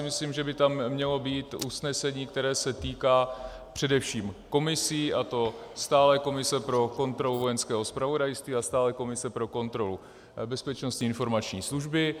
Myslím si, že by tam mělo být usnesení, které se týká především komisí, a to stálé komise pro kontrolu Vojenského zpravodajství a stálé komise pro kontrolu Bezpečnostní informační služby.